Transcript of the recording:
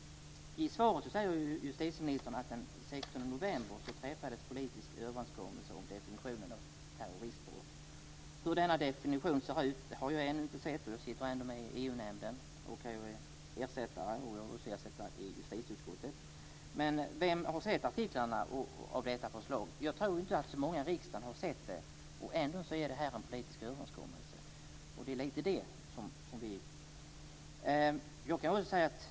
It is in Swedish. I svaret säger justitieministern att den 16 november träffades en politisk överenskommelse om definitionen av terroristbrott. Denna definition har jag ännu inte sett, och jag sitter ändå med i EU-nämnden och är ersättare i justitieutskottet. Vem har sett artiklarna i detta förslag? Jag tror inte att så många i riksdagen har gjort det, och ändå är det här en politisk överenskommelse.